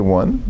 one